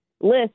list